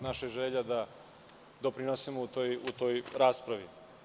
Naša želja je da doprinesemo u toj raspravi.